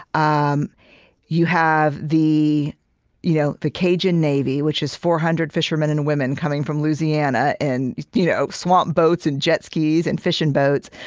um you have the you know the cajun navy, which is four hundred fishermen and women coming from louisiana in and you know swamp boats and jet skis and fishing boats,